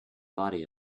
body